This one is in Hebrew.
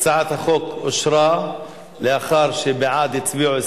ההצבעה על הרפורמה בכרטיסי האשראי התקבלה אחת ההסתייגויות